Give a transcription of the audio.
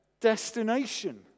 destination